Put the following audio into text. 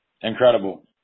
incredible